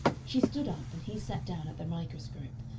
she stood up and he sat down at the microscope,